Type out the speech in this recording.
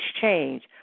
change